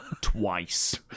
twice